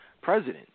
president